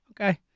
Okay